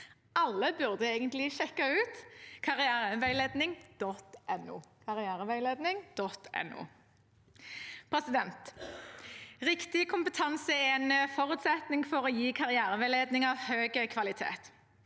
Alle burde egentlig sjekke ut karriereveiledning.no. Riktig kompetanse er en forutsetning for å gi karriereveiledning av høy kvalitet.